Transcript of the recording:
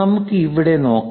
നമുക്ക് ഇവിടെയും നോക്കാം